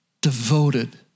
devoted